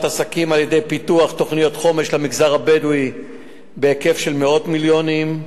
עסקים על-ידי פיתוח תוכניות חומש למגזר הבדואי בהיקף של מאות מיליונים,